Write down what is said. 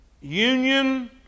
Union